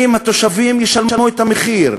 אם התושבים ישלמו את המחיר,